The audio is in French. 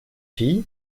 fille